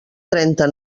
trenta